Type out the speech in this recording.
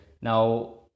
now